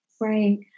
Right